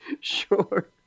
Sure